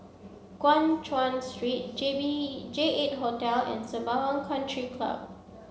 Guan Chuan Street J B J eight Hotel and Sembawang Country Club